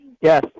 Yes